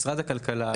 משרד הכלכלה.